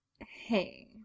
Hey